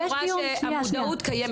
אני רואה שהמודעות קיימת.